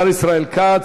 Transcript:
השר ישראל כץ.